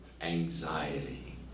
anxiety